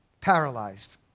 paralyzed